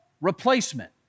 replacement